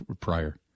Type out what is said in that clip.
prior